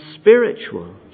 spiritual